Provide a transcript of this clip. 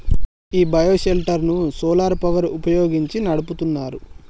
ఈ bio shelter ను solar power ని వుపయోగించి నడుపుతున్నారు